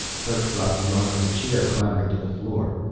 kerk dropped the arm of the chair clattering to the floor.